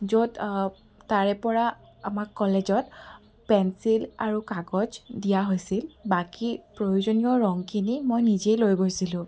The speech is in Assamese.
য'ত তাৰেপৰা আমাক কলেজত পেঞ্চিল আৰু কাগজ দিয়া হৈছিল বাকী প্ৰয়োজনীয় ৰঙখিনি মই নিজেই লৈ গৈছিলোঁ